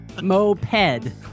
Moped